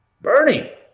Bernie